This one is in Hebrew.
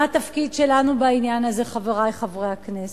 מה התפקיד שלנו בעניין הזה, חברי חברי הכנסת?